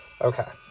okay